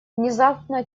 внезапно